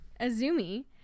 azumi